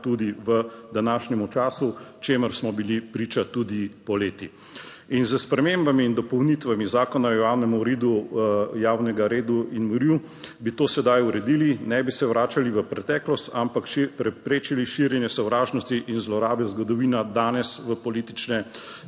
tudi v današnjem času, čemur smo bili priča tudi poleti. In s spremembami in dopolnitvami Zakona o javnem redu in miru, bi to sedaj uredili, ne bi se vračali v preteklost, ampak preprečili širjenje sovražnosti in zlorabe zgodovine danes v politične